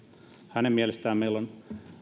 mielestä meillä on